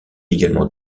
également